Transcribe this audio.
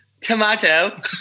Tomato